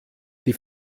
die